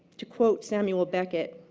to quote samuel beckett,